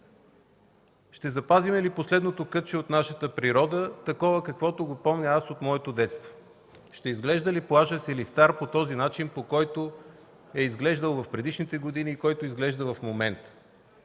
ще запазим ли последното кътче от нашата природа такова, каквото го помня аз от моето детство? Ще изглежда ли плажът „Силистар” по този начин, по който е изглеждал в предишните години и както изглежда в момента,